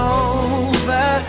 over